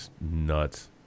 Nuts